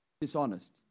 dishonest